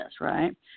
right